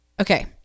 Okay